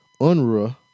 Unruh